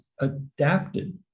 adapted